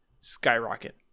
Skyrocket